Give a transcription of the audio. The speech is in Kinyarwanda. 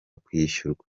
kwishyurwa